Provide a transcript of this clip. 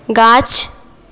गाछ